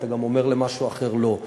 אתה גם אומר למשהו אחר לא.